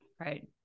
Right